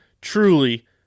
truly